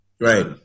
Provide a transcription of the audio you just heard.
Right